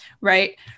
Right